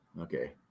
okay